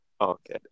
Okay